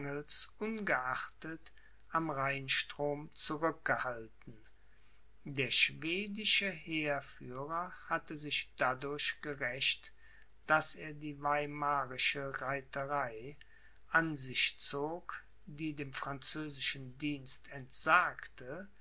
ungeachtet am rheinstrom zurückgehalten der schwedische heerführer hatte sich dadurch gerächt daß er die weimarische reiterei an sich zog die dem französischen dienst entsagte